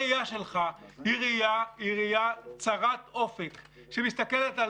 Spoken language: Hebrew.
הראייה שלך היא ראייה צרת אופק שמסתכלת על